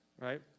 Right